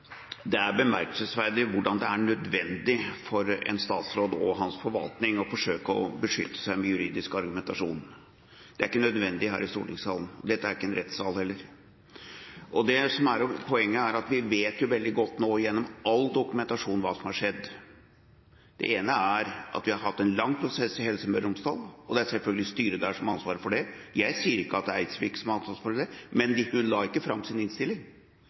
Det er bemerkelsesverdig hvordan det er nødvendig for en statsråd og hans forvaltning å forsøke å beskytte seg med juridisk argumentasjon. Det er ikke nødvendig her i stortingssalen. Dette er ikke en rettssal. Poenget er jo at vi nå – gjennom all dokumentasjonen – vet veldig godt hva som har skjedd. Det ene er at man har hatt en lang prosess i Helse Møre og Romsdal, og det er selvfølgelig styret der som har ansvaret for det. Jeg sier ikke at det er Eidsvik som har ansvaret for det, men hun la ikke fram sin innstilling